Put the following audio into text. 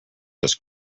this